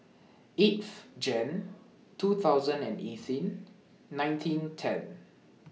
eighth Jan two thousand and eighteen nineteen ten